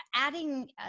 adding